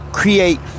create